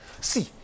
see